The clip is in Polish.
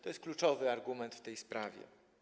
To jest kluczowy argument w tej sprawie.